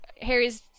Harry's